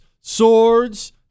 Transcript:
swords